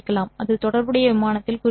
அது தொடர்புடைய விமானத்தில் குறிப்பிடப்படும்